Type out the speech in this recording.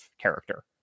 character